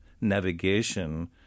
navigation